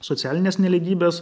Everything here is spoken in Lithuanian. socialinės nelygybės